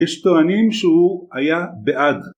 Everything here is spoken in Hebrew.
יש טוענים שהוא היה בעד